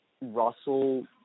Russell